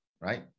right